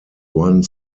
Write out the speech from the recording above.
one